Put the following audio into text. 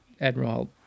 Admiral